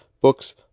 books